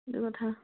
এইটো কথা